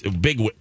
big